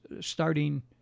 starting